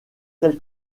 tel